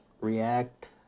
react